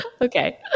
Okay